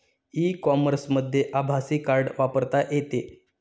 E कॉमर्समध्ये आभासी card वापरता येते